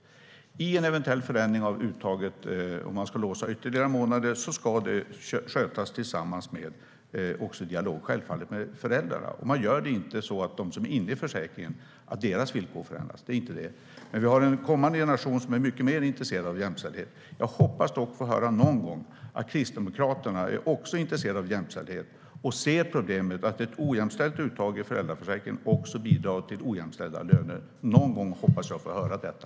I en eventuell förändring där man låser ytterligare månader ska det självfallet skötas i dialog med föräldrarna. Man gör inte detta så att deras villkor förändras som är inne i försäkringen, men vi har en kommande generation som är mycket mer intresserad av jämställdhet. Jag hoppas dock någon gång få höra att Kristdemokraterna också är intresserade av jämställdhet och ser problemet att ett ojämställt uttag av föräldraförsäkringen även bidrar till ojämställda löner. Någon gång hoppas jag få höra detta.